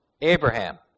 Abraham